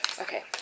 Okay